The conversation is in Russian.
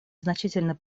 значительный